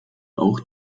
auch